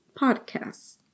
podcasts